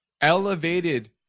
elevated